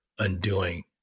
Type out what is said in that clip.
undoing